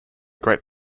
great